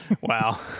Wow